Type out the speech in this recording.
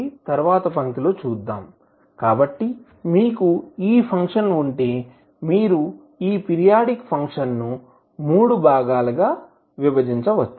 తరువాతి పంక్తిలో చూద్దాం కాబట్టి మీకు ఈ ఫంక్షన్ ఉంటే మీరు ఈ పీరియాడిక్ ఫంక్షన్ను మూడు భాగాలుగా విభజించవచ్చు